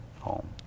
home